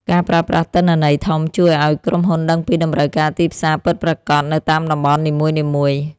ការប្រើប្រាស់ទិន្នន័យធំ ជួយឱ្យក្រុមហ៊ុនដឹងពីតម្រូវការទីផ្សារពិតប្រាកដនៅតាមតំបន់នីមួយៗ។